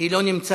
היא לא נמצאת.